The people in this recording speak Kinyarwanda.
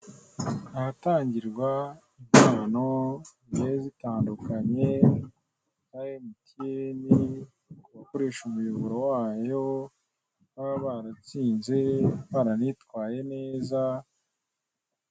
Ahatangirwa impano zigiye zitandukanye, za emutiyene ku bakoresha umuyoboro wayo, baba baratsinze, baranitwaye neza.